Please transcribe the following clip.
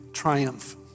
triumph